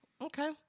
Okay